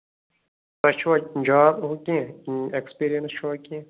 تۄہہِ چھُوا جاب ہُہ کیٚنٛہہ ایٚکٕسپیٖریَنٕس چھُوا کیٚنٛہہ